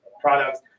products